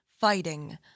fighting